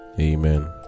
Amen